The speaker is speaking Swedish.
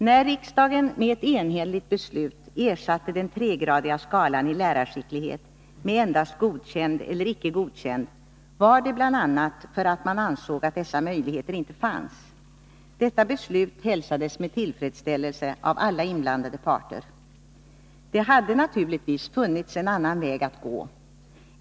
När riksdagen med ett enhälligt beslut ersatte den tregradiga skalan i betyget i lärarskicklighet med endast godkänd eller icke godkänd, gjorde man det bl.a. för att man ansåg att dessa möjligheter inte fanns. Detta beslut hälsades med tillfredsställelse av alla inblandade parter. Det hade naturligtvis funnits en annan väg att gå.